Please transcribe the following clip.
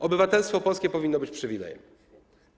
Obywatelstwo polskie powinno być przywilejem.